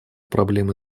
проблемы